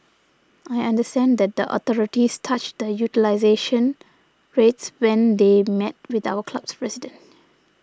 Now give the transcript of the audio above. I understand that the authorities touched on utilisation rates when they met with our club's president